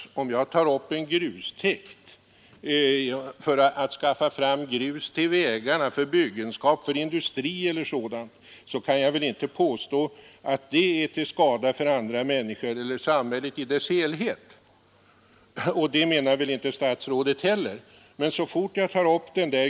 Om jag tar upp en grustäkt för att skaffa fram grus till vägarna, för byggenskap, för industriella ändamål e. d., kan man väl inte påstå att det är till skada för andra människor eller för samhället i dess helhet, och det menar väl inte heller herr statsrådet.